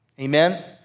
Amen